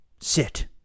sit